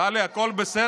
טלי, הכול בסדר?